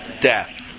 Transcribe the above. Death